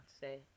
say